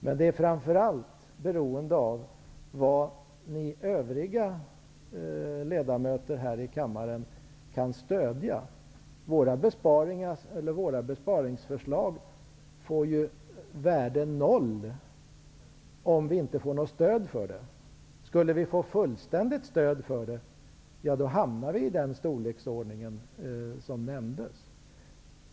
Men vi är framför allt beroende av vad ni övriga ledamöter här i kammaren kan stödja. Våra besparingsförslag får värde noll om de inte får något stöd. Om vi däremot skulle få fullständigt stöd för dem, hamnar vi i den storleksordning som nämndes.